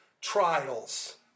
trials